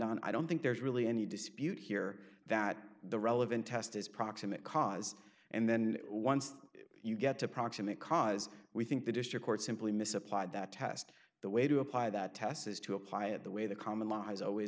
on i don't think there's really any dispute he here that the relevant test is proximate cause and then once you get to proximate cause we think the district court simply misapplied that test the way to apply that test is to apply it the way the common law is always